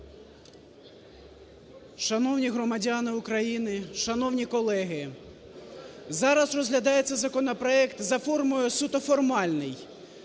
Шановні громадяни України, шановні колеги, зараз розглядається законопроект за формою суто формальний,